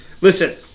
Listen